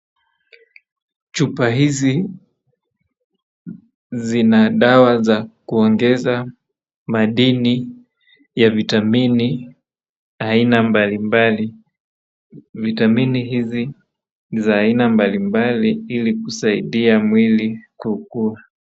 Chupa hizi zina dawa za kuongeza maadini ya vitamini aina mbalimbali, vitamini hizi ni za aina mbalimbali ili kusaidia mwili kukua.